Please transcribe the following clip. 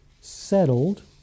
settled